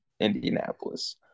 Indianapolis